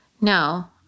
No